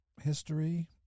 history